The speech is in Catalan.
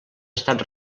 estat